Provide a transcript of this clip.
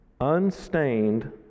unstained